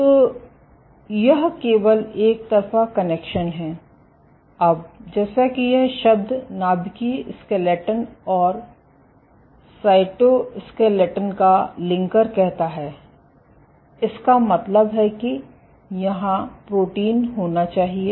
तो यह केवल एकतरफा कनेक्शन है अब जैसा कि यह शब्द नाभिकीय स्केलेटन और साइटोस्केलेटन का लिंकर कहता है इसका मतलब है कि यहाँ प्रोटीन होना चाहिए